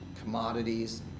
commodities